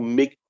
make